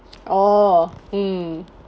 oh mm